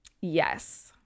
Yes